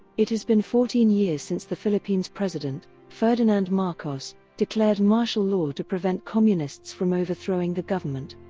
it has been fourteen years since the philippine's president ferdinand marcos declared martial law to prevent communists from overthrowing the government.